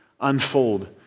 unfold